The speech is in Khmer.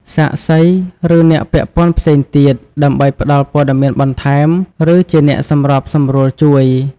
សាក្សី ឬអ្នកពាក់ព័ន្ធផ្សេងទៀត ដើម្បីផ្តល់ព័ត៌មានបន្ថែម ឬជាអ្នកសម្របសម្រួលជួយ។